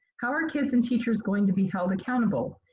how are kids and teachers going to be held accountable?